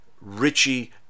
Richie